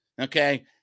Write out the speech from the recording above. okay